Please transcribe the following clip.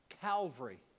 Calvary